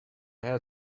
had